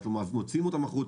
מוציאים אותם החוצה.